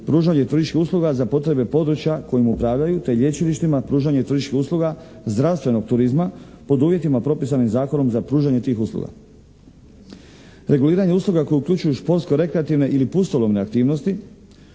pružanje turističkih usluga za potrebe područja kojim upravljaju te lječilištima pružanje turističkih usluga zdravstvenog turizma pod uvjetima propisanim Zakonom za pružanje tih usluga. Reguliranje usluga koje uključuju športsko-rekreativne ili pustolovne aktivnosti,